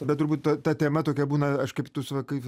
bet turbūt ta ta tema tokia būna aš kaip tus va kaip